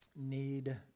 need